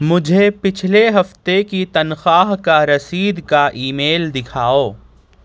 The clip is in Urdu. مجھے پچھلے ہفتے کی تنخواہ کا رسید کا ای میل دکھاؤ